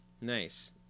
Nice